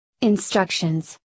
Instructions